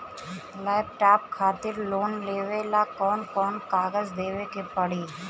Laptop खातिर loan लेवे ला कौन कौन कागज देवे के पड़ी?